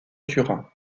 turin